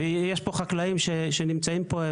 ויש פה חקלאים שנמצאים פה,